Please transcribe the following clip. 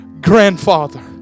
grandfather